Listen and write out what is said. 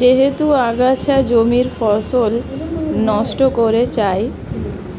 যেহেতু আগাছা জমির ফসল নষ্ট করে